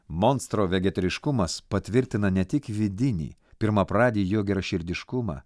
monstro vegetariškumas patvirtina ne tik vidinį pirmapradį jo geraširdiškumą